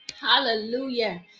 Hallelujah